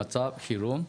המצב חירום,